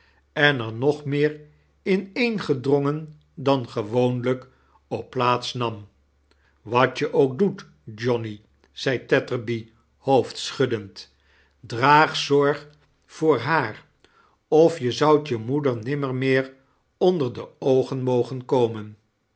en er nog meer ineengedron gen dan gewoonlijk op plaats nam wat je ook doet johnny zed tetterby hoofdchuddend draag zorg voor haar of je zoudt je moeder nimmer meer onder de oogen mogen komen